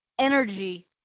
energy